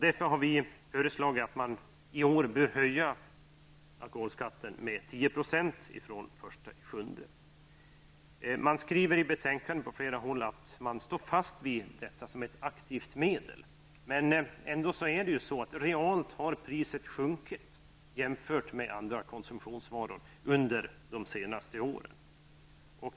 Därför har vi föreslagit att man i år skall höja alkoholskatten med 10 % från den 1 juli i år. Det står i betänkandet att man står fast vid detta som ett aktivt medel. Ändå har priserna realt sjunkit jämfört med priserna för andra konsumentprisvaror under de senaste åren.